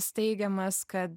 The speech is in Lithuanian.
steigiamas kad